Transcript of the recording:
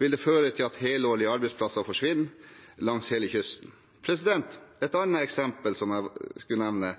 vil føre til at helårige arbeidsplasser forsvinner langs hele kysten. Et annet eksempel jeg vil nevne,